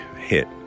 hit